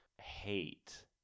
hate